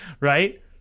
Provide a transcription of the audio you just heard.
Right